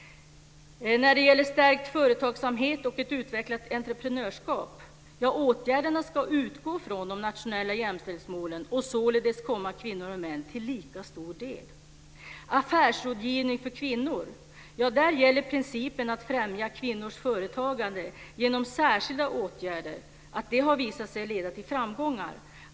· När det gäller stärkt företagsamhet och ett utvecklat entreprenörskap ska åtgärderna utgå från de nationella jämställdhetsmålen och således komma kvinnor och män till del i lika stor utsträckning. · När det gäller affärsrådgivning för kvinnor gäller principen att främja kvinnors företagande genom särskilda åtgärder, och det har visat sig leda till framgångar.